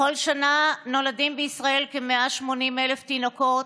בכל שנה נולדים בישראל כ-180,000 תינוקות.